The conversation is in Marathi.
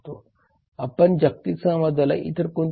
तर आपण हे घटक एक एक करून पाहूया